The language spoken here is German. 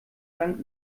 dank